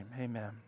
amen